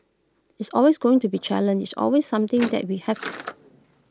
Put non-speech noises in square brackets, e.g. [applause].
it's always going to be challenge it's always something [noise] that we have